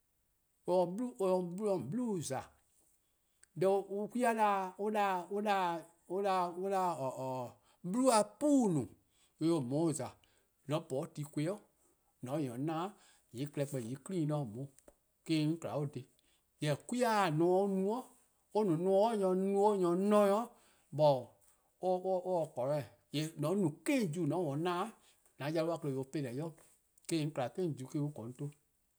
Or 'ye :on 'blu-' :za. Deh 'kwi-a 'da-a 'blu-a 'puu :no, or 'ye-uh on :za. :mor :on po 'de tu+ 'kon+, :mor :on ta-ih na, :yee' en-' klehkpeh en clean 'de :on ku-', :eh-: :korn dhih 'on :kma or dhih. Jorwor: 'kwi-a nomor an no-a, or no nomor on no-or nyor-a 'na-or, but or se correct, jorwor: :mor :on no 'kejuice :mor ta-uh-a na, :yee' :an yau-a klehkpeh on 'pebeh-dih, eh-: :korn dhih 'kejuice :korn 'on 'ton. '